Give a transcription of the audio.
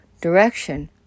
direction